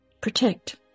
protect